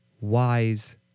wise